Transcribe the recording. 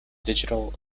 digital